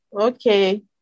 Okay